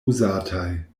uzataj